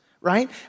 right